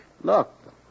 Look